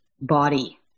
body